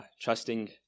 trusting